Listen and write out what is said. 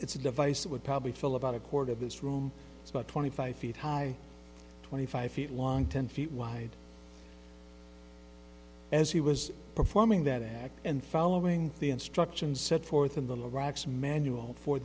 it's a device that would probably fill about a quarter of this room it's about twenty five feet high twenty five feet long ten feet wide as he was performing that act and following the instructions set forth in the lorax manual for